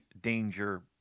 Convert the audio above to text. danger